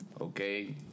okay